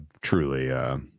truly